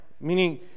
Meaning